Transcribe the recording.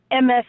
MS